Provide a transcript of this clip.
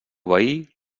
veí